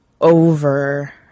over